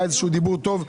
היה דיבור טוב.